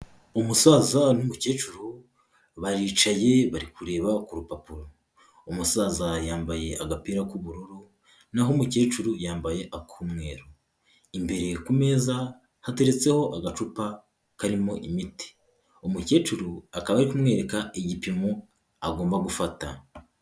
Umusaza n'umukecuru baricaye bari kureba ku rupapuro, umusaza yambaye agapira k'ubururu n'aho umukecuru yambaye ak'umweru, imbere ku meza hateretseho agacupa karimo imiti, umukecuru akaba ari kumwereka igipimo agomba gufata.